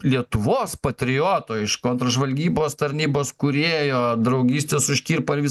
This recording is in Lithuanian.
lietuvos patrioto iš kontržvalgybos tarnybos kūrėjo draugystės su škirpa ir vis